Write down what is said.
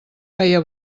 feia